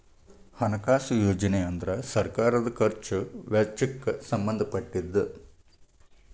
ಹಣಕಾಸು ಯೋಜನೆ ಅಂದ್ರ ಸರ್ಕಾರದ್ ಖರ್ಚ್ ವೆಚ್ಚಕ್ಕ್ ಸಂಬಂಧ ಪಟ್ಟಿದ್ದ